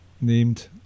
named